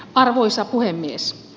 arvoisa puhemies